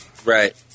Right